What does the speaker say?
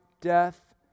death